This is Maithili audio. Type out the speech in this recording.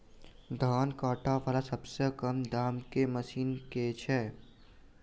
धान काटा वला सबसँ कम दाम केँ मशीन केँ छैय?